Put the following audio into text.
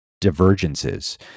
divergences